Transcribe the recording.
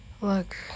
Look